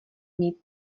mít